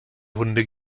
hunde